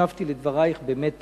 הקשבתי לדברייך במתח,